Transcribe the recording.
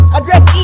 Address